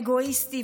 אגואיסטי,